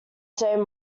same